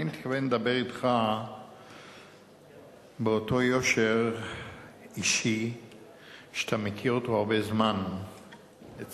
אני מתכוון לדבר אתך באותו יושר אישי שאתה מכיר אותו הרבה זמן אצלי,